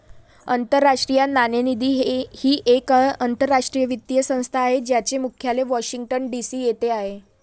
आंतरराष्ट्रीय नाणेनिधी ही एक आंतरराष्ट्रीय वित्तीय संस्था आहे ज्याचे मुख्यालय वॉशिंग्टन डी.सी येथे आहे